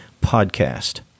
podcast